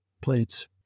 plates